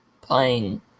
playing